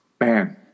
man